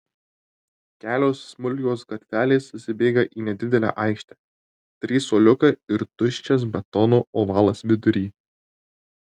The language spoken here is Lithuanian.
kelios smulkios gatvelės susibėga į nedidelę aikštę trys suoliukai ir tuščias betono ovalas vidury